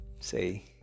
Say